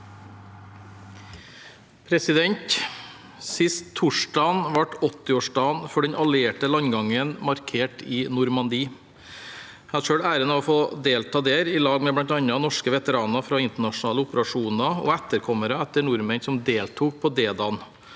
Sist torsdag ble 80-årsdagen for den allierte landgangen markert i Normandie. Jeg hadde selv æren av å få delta der sammen med bl.a. norske veteraner fra internasjonale operasjoner og etterkommere etter nordmenn som deltok på D-dagen.